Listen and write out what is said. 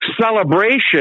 celebration